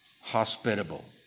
hospitable